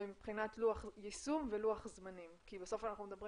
ומבחינת יישום ולוח זמנים כי בסוף אנחנו מדברים